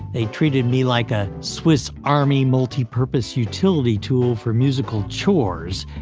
they treated me like a swiss army multi-purpose utility tool for musical chores,